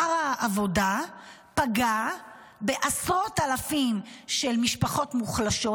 שר העבודה פגע בעשרות אלפי משפחות מוחלשות,